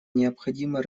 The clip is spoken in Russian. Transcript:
необходимо